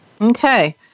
Okay